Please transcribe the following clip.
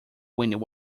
wind